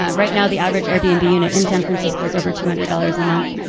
ah right now the average airbnb unit in san francisco is over two hundred dollars a month.